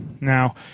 Now